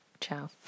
Ciao